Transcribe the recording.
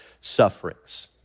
sufferings